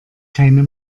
keine